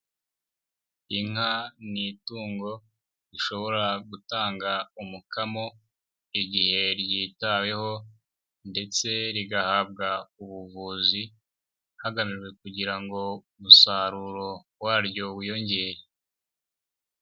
Inka ni itungo rishobora gutanga umukamo igihe ryitaweho ndetse rigahabwa ubuvuzi hagamijwe kugira ngo umusaruro waryo wiyongere.